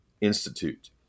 Institute